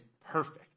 perfect